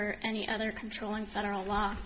or any other control in federal law